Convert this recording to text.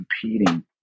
competing